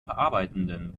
verarbeitenden